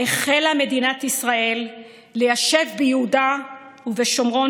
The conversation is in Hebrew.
החלה מדינת ישראל ליישב ביהודה ובשומרון,